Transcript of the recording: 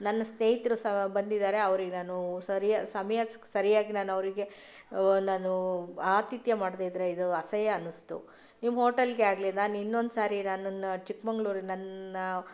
ನನ್ನ ಸ್ನೇಹಿತರು ಸಹ ಬಂದಿದ್ದಾರೆ ಅವ್ರಿಗೆ ನಾನು ಸರಿ ಸಮಯಕ್ಕೆ ಸರ್ಯಾಗಿ ನಾನು ಅವರಿಗೆ ನಾನು ಆತಿಥ್ಯ ಮಾಡ್ದೆ ಇದ್ರೆ ಇದು ಅಸಹ್ಯ ಅನಿಸ್ತು ನಿಮ್ಮ ಹೋಟಲ್ಗೆ ಆಗಲಿ ನಾನು ಇನ್ನೊಂದು ಸಾರಿ ನಾನು ನನ್ನ ಚಿಕ್ಕಮಂಗಳೂರು ನನ್ನ